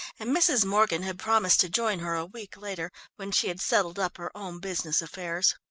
and mrs. morgan had promised to join her a week later, when she had settled up her own business affairs.